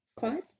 five